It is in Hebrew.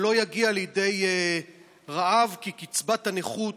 ולא יגיע לידי רעב, כי קצבת הנכות